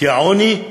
כי העוני,